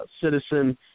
citizen